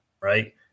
right